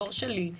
הדור שלי,